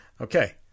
Okay